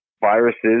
viruses